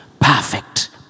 Perfect